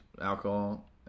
alcohol